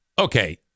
okay